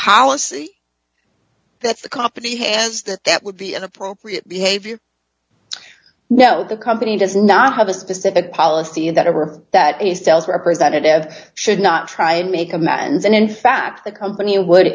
policy that the company has that that would be inappropriate behavior no the company does not have a specific policy in that ever that a sales representative should not try and make amends and in fact the company would